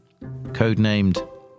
Codenamed